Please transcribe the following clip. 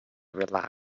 relaxed